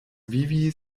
vivi